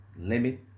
limit